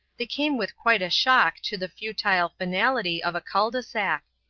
they came with quite a shock to the futile finality of a cul-de-sac.